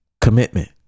commitment